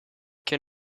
can